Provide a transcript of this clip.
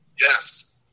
Yes